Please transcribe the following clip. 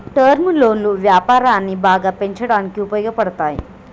term లోన్లు వ్యాపారాన్ని బాగా పెంచడానికి ఉపయోగపడతాయి